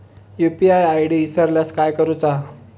UPI ID इसरल्यास काय करुचा?